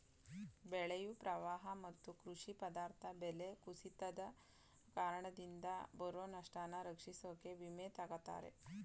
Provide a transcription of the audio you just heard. ಬೆಳೆಯು ಪ್ರವಾಹ ಮತ್ತು ಕೃಷಿ ಪದಾರ್ಥ ಬೆಲೆ ಕುಸಿತದ್ ಕಾರಣದಿಂದ ಬರೊ ನಷ್ಟನ ರಕ್ಷಿಸೋಕೆ ವಿಮೆ ತಗತರೆ